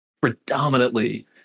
predominantly